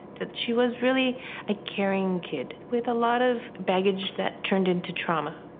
that she was really a caring kid with a lot of baggage that turned into trauma,